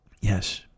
Yes